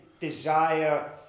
desire